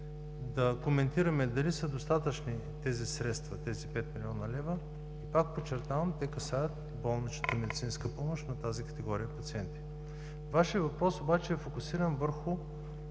да коментираме дали са достатъчни тези 5 млн. лв. Пак подчертавам, те касаят болничната медицинска помощ на тази категория пациенти. Вашият въпрос обаче е фокусиран върху